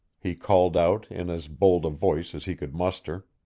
he called out in as bold a voice as he could muster.